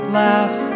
laugh